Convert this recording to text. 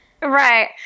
Right